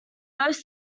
both